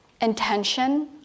intention